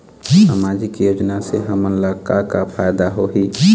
सामाजिक योजना से हमन ला का का फायदा होही?